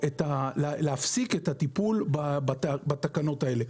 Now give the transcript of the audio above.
להפסיק את הטיפול בתקנות האלה.